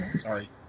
Sorry